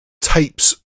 tapes